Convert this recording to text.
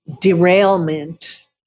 derailment